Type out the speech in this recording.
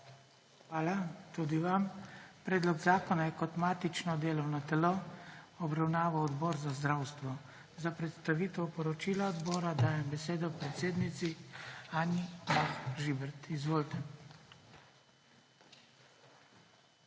Hvala tudi vam. Predlog zakona je kot matično delovno telo obravnaval Odbor za zdravstvo. Za predstavitev poročila odbora dajem besedo predsednici Anji Bah Žibert. Izvolite. ANJA